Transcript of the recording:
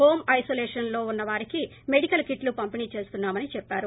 home isolation ఉన్న వారికి medical kit లు పంపిణీ చేస్తున్నామని చెప్పారు